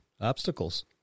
Obstacles